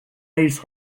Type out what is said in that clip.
ace